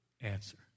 answer